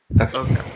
Okay